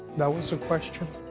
that was a question.